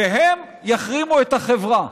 שהם יחרימו את החברה.